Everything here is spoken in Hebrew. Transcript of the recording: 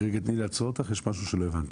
תני לי רגע לעצור אותך, יש משהו שלא הבנתי.